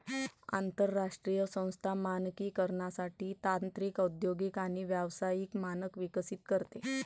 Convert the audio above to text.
आंतरराष्ट्रीय संस्था मानकीकरणासाठी तांत्रिक औद्योगिक आणि व्यावसायिक मानक विकसित करते